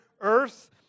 earth